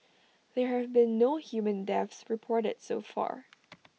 there have been no human deaths reported so far